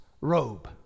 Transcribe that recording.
robe